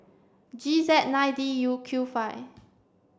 G Z nine D Q five